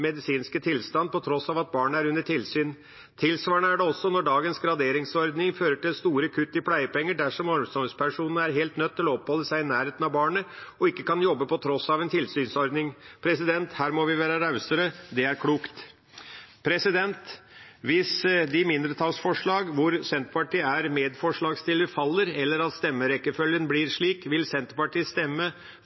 medisinske tilstand, på tross av at barnet er under tilsyn. Tilsvarende er det også når dagens graderingsordning fører til store kutt i pleiepenger dersom omsorgspersonen er helt nødt til å oppholde seg i nærheten av barnet og ikke kan jobbe på tross av en tilsynsordning. Her må vi være rausere. Det er klokt. Hvis de mindretallsforslag hvor Senterpartiet er medforslagsstiller, faller, eller at stemmerekkefølgen blir slik, vil Senterpartiet stemme